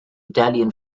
italian